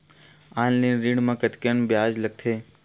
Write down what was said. Online ऋण म कतेकन ब्याज लगथे?